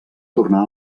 tornar